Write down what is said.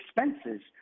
expenses